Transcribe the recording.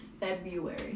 February